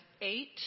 eight